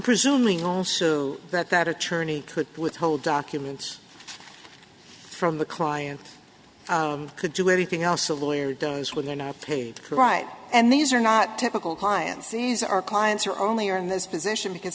presuming also that that attorney could withhold documents from the client could do everything else a lawyer does when they're not paid to write and these are not typical clients these are clients are only are in this position because